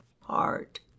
heart